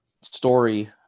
story